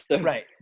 Right